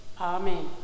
amen